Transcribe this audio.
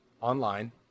online